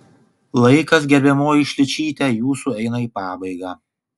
laikas gerbiamoji šličyte jūsų eina į pabaigą